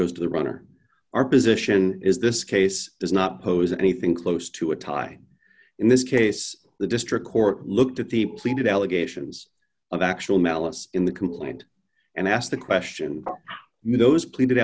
goes to the runner our position is this case does not pose anything close to a time in this case the district court looked at the pleaded allegations of actual malice in the complaint and asked the question you know has pleaded